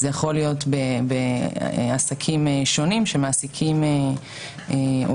זה יכול להיות בעסקים שונים שמעסיקים עובדים.